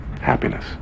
happiness